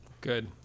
good